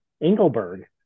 Engelberg